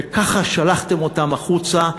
וכך שלחתם אותם החוצה,